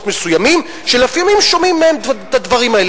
מסוימים שלפעמים שומעים מהם את הדברים האלה.